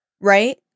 right